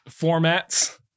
formats